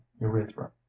urethra